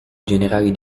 generali